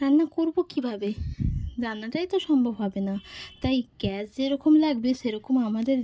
রান্না করব কীভাবে রান্নাটাই তো সম্ভব হবে না তাই গ্যাস যেরকম লাগবে সেরকম আমাদের